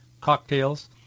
cocktails